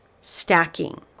stacking